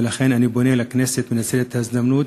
ולכן אני פונה לכנסת ומנצל את ההזדמנות.